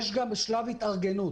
יש גם שלב התארגנות.